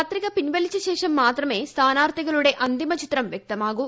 പത്രിക പിൻവലിച്ചു ശേഷം മാത്രമേ സ്ഥാനാർത്ഥികളുടെ അന്തിമചിത്രം വൃക്തമാകു